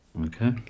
Okay